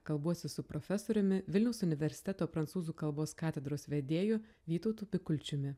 kalbuosi su profesoriumi vilniaus universiteto prancūzų kalbos katedros vedėju vytautu bikulčiumi